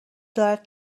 دارد